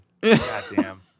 Goddamn